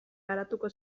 garatuko